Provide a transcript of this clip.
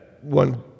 One